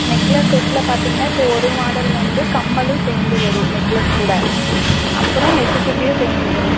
necklace செட்டில் பார்த்தீங்கனா இப்போது ஒரு மாடல் வந்து கம்மலும் சேர்ந்து வரும் நெக்லஸ் கூட அப்புறம் நெற்றிச்சுட்டியும் சேர்ந்து வரும்